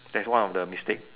that's one of the mistake